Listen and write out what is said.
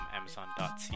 Amazon.ca